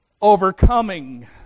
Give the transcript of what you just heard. overcoming